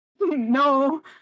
No